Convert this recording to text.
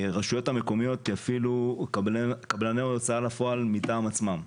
שהרשויות המקומיות יפעילו קבלני הוצאה לפועל מטעם עצמן.